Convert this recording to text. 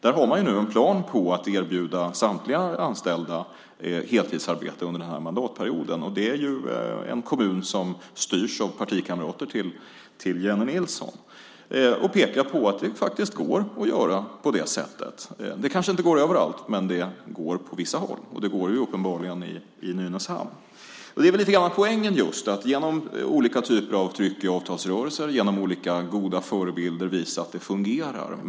Där har man nu en plan på att erbjuda samtliga anställda heltidsarbete under den här mandatperioden. Det är en kommun som styrs av partikamrater till Jennie Nilsson. Jag vill peka på att det går att göra på det sättet. Det kanske inte går överallt, men det går på vissa håll. Det går uppenbarligen i Nynäshamn. Det är lite av poängen. Genom olika typer av tryck i avtalsrörelser och olika förebilder kan man visa att det fungerar.